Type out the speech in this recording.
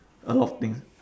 a lot of things